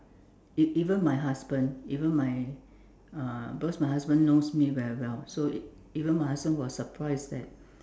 e~ even my husband even my uh because my husband knows me very well so even my husband was surprised that